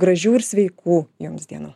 gražių ir sveikų jums dienų